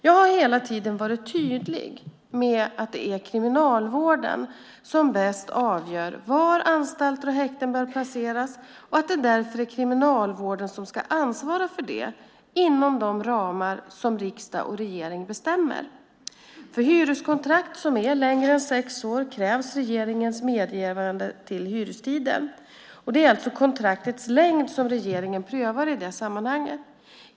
Jag har hela tiden varit tydlig med att det är Kriminalvården som bäst avgör var anstalter och häkten bör placeras och att det därför är Kriminalvården som ska ansvara för detta, inom de ramar som riksdag och regering bestämmer. För hyreskontrakt som är längre än sex år krävs regeringens medgivande till hyrestiden. Det är alltså kontraktens längd som regeringen prövar i det sammanhanget.